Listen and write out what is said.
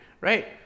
Right